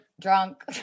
drunk